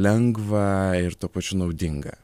lengva ir tuo pačiu naudinga